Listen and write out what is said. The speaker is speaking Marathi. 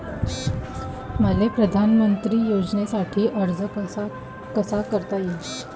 मले पंतप्रधान योजनेसाठी अर्ज कसा कसा करता येईन?